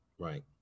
right